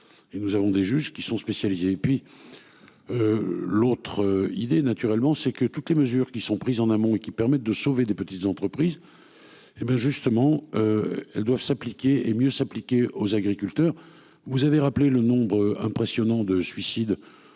Et nous avons des juges qui sont spécialisées et puis. L'autre idée naturellement c'est que toutes les mesures qui sont prises en amont et qui permettent de sauver des petites entreprises. Et ben justement. Elles doivent s'appliquer et mieux s'appliquer aux agriculteurs. Vous avez rappelé le nombre impressionnant de suicide